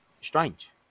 Strange